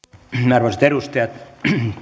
arvoisat edustajat silloin